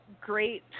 great